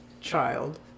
child